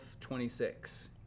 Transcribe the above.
26